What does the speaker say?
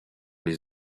les